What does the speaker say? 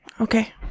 Okay